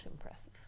impressive